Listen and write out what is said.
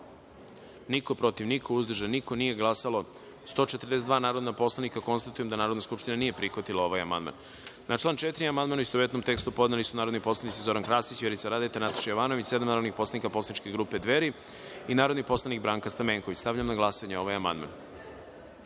niko, protiv – niko, uzdržanih – nema, nije glasalo 140 narodnih poslanika. Konstatujem da Narodna skupština nije prihvatila ovaj amandman. Na član 10. amandman, u istovetnom tekstu, podneli su narodni poslanici Zoran Krasić, Vjerica Radeta i LJiljana Mihajlović, sedam narodnih poslanika poslaničke grupe Dveri i narodni poslanik Branka Stamenković. Stavljam na glasanje ovaj